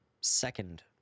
second